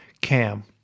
Cam